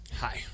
hi